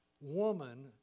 woman